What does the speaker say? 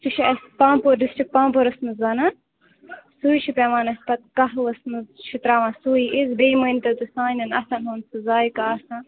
سُہ چھِ اَسہِ پانٛپور ڈِسٹرک پانٛپورَس منٛز بنان سُے چھُ پٮ۪وان اَسہِ پتہٕ قٔہوَس منٛز چھِ ترٛاوان سُے أسۍ بیٚیہِ مٲنۍ تَو تُہۍ سانٮ۪ن اَتھَن ہُنٛد چھُ زایقہٕ آسان